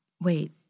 Wait